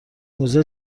موزه